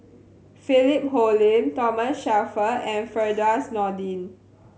Philip Hoalim Thomas Shelford and Firdaus Nordin